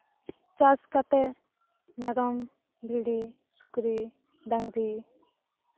ᱪᱟᱥ ᱠᱟᱛᱮᱜ ᱢᱮᱨᱚᱢ ᱵᱷᱤᱲᱤ ᱥᱩᱠᱨᱤ ᱰᱟᱝᱨᱤ